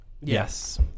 Yes